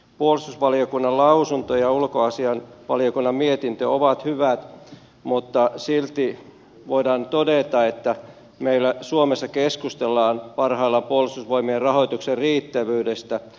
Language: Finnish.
puolustusvaliokunnan lausunto ja ulkoasiainvaliokunnan mietintö ovat hyvät mutta silti voidaan todeta että meillä suomessa keskustellaan parhaillaan puolustusvoimien rahoituksen riittävyydestä